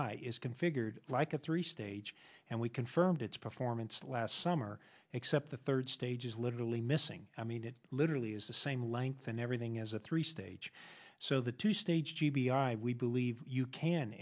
is configured like a three stage and we confirmed its performance last summer except the third stage is literally missing i mean it literally is the same length and everything as a three stage so the two stage g b i we believe you can